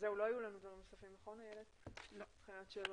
לא היו לנו דברים אחרים מבחינת השאלות.